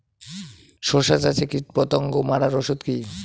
শসা চাষে কীটপতঙ্গ মারার ওষুধ কি?